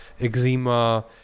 eczema